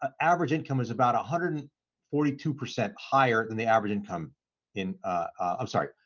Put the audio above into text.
ah average income is about a hundred and forty two percent higher than the average income in i'm, sorry,